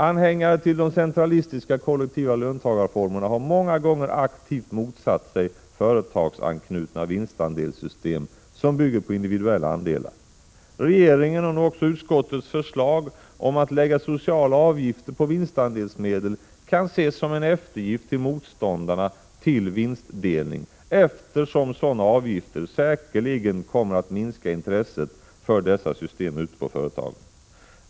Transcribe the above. Anhängare till de centralistiska kollektiva löntagarfonderna har många gånger aktivt motsatt sig företagsanknutna vinstandelssystem som bygger på individuella andelar. Regeringens, och nu också utskottets förslag, om att lägga sociala avgifter på vinstandelsmedel, kan ses som en eftergift till motståndarna till vinstdelning, eftersom sådana avgifter säkerligen kommer att minska intresset för dessa system ute på företagen.